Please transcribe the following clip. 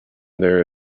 there